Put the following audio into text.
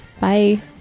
Bye